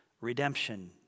redemption